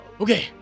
Okay